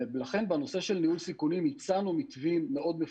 ולכן בנושא של ניהול סיכונים הצענו מתווים מאוד מפורטים,